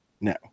No